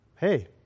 Hey